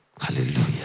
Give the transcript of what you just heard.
Hallelujah